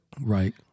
Right